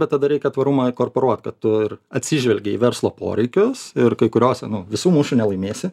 bet tada reikia tvarumą įkorporuot kad tu ir atsižvelgi į verslo poreikius ir kai kuriose nu visų mūšių nelaimėsi